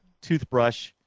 toothbrush